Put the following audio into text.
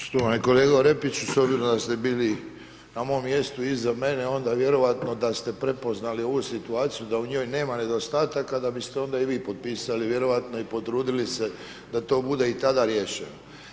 Poštovani kolega Orepiću, s obzirom da ste bili na mom mjestu iza mene onda vjerojatno da ste prepoznali ovu situaciju da u njoj nema nedostataka da bi ste onda i vi potpisali vjerojatno i potrudili se da to bude i tada riješeno.